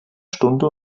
stunde